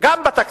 גם בתקציב.